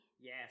Yes